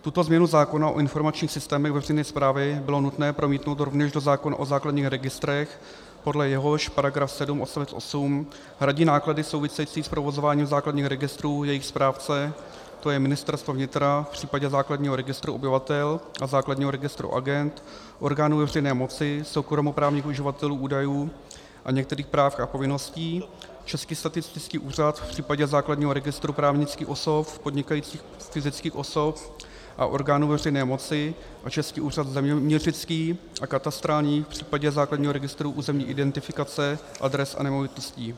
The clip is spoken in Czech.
Tuto změnu zákona o informačních systémech veřejné správy bylo nutné promítnout rovněž do zákona o základních registrech, podle nějž § 7 odst. 8 hradí náklady související s provozováním základních registrů jejich správce, tj. Ministerstvo vnitra v případě základního registru obyvatel a základního registru agend, orgánů veřejné moci, soukromoprávních uživatelů údajů a některých práv a povinností, Český statistický úřad v případě základního registru právnických osob, podnikajících fyzických osob a orgánů veřejné moci a Český úřad zeměměřický a katastrální v případě základního registru územní identifikace adres a nemovitostí.